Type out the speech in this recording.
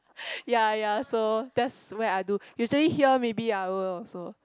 ya ya so that's where I do usually here maybe I will also